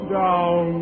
down